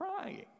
crying